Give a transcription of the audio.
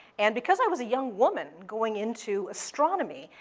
and because i was a young woman going into astronomy,